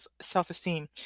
self-esteem